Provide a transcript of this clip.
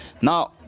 Now